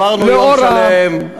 עברנו יום שלם.